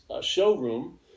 showroom